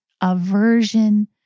aversion